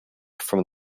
from